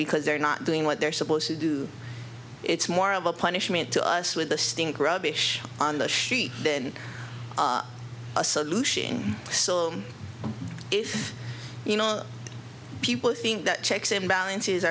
because they're not doing what they're supposed to do it's more of a punishment to us with the stink rubbish on the sheet in a solution so if you know people think that checks and balances